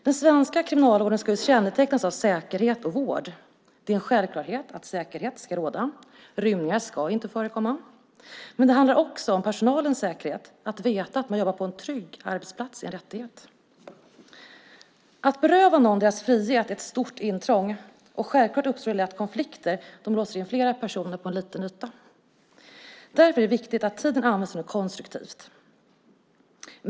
Den svenska kriminalvården ska kännetecknas av säkerhet och vård. Det är en självklarhet att säkerhet ska råda. Rymningar ska inte förekomma. Men det handlar också om personalens säkerhet; att veta att man jobbar på en trygg arbetsplats är en rättighet. Att beröva människor deras frihet är ett stort intrång, och självklart uppstår det lätt konflikter då man låser in flera personer på en liten yta. Därför är det viktigt att tiden används till något konstruktivt.